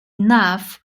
enough